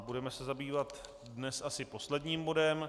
Budeme se zabývat dnes asi posledním bodem.